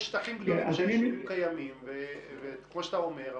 יש שטחים --- ליישובים קיימים, כמו שאתה אומר.